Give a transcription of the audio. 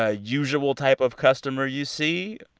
ah usual type of customer you see?